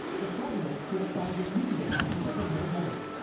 the president criticizing media coverage of the pandemic.